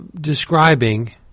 describing –